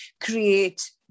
create